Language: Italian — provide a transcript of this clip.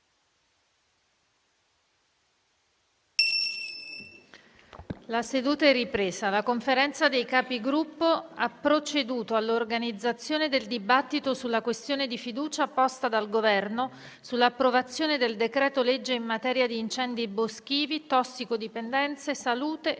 una nuova finestra"). La Conferenza dei Capigruppo ha proceduto all'organizzazione del dibattito sulla questione di fiducia posta dal Governo sull'approvazione del decreto-legge in materia di incendi boschivi, tossicodipendenze, salute e